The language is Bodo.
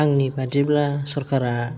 आंनि बादिब्ला सरखारा